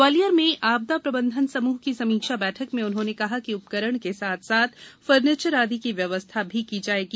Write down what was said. ग्वालियर में आपदा प्रबंधन समूह की समीक्षा बैठक में उन्होंने कहा कि उपकरण के साथ साथ फर्नीचर आदि की व्यवस्था भी की जायेगी